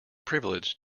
privilege